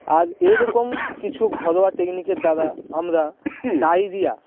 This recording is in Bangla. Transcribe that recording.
আর এই রকম কিছু ঘরোয়া টেকনিকের দ্বারা আমরা ডাইরিয়া